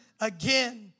again